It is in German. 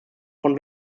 von